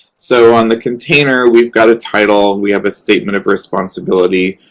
so, on the container, we've got a title. we have a statement of responsibility.